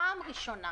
פעם ראשונה